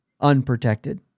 unprotected